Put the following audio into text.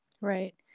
Right